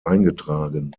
eingetragen